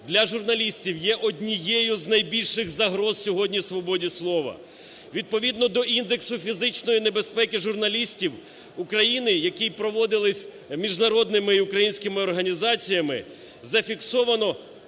для журналістів є однією з найбільших загроз сьогодні в свободі слово. Відповідно до індексу фізичної небезпеки журналістів України, який… проводились міжнародними і українськими організаціями, зафіксовано